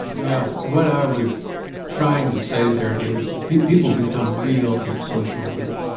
yeah what i was trying to say there is people become real in a social group,